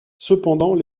cependant